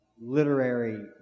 literary